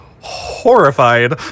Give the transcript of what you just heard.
horrified